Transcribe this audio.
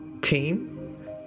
team